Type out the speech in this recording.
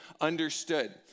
understood